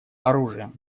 оружием